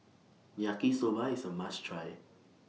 Yaki Soba IS A must Try